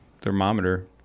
Thermometer